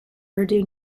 urdu